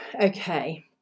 okay